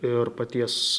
ir paties